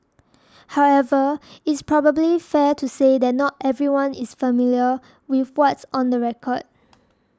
however is probably fair to say that not everyone is familiar with what's on the record